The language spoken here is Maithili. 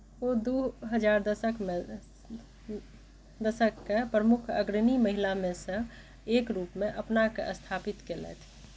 ओ दू हजार दशक लग दशक कए प्रमुख अग्रणी महिलामेसँ एकरूपमे अपनाके स्थापित केलथि